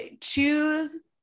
choose